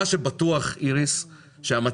מה שבטוח שהמצב